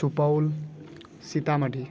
Supaul Sitamarhi